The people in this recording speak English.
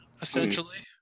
essentially